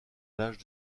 l’âge